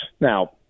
Now